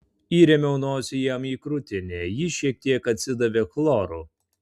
įrėmiau nosį jam į krūtinę ji šiek tiek atsidavė chloru